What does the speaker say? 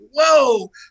whoa